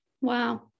Wow